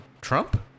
Trump